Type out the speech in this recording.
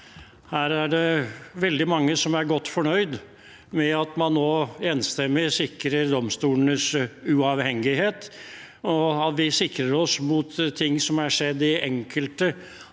Her er det veldig mange som er godt fornøyd med at man nå enstemmig sikrer domstolenes uavhengighet, og at vi sikrer oss mot ting som også er skjedd i enkelte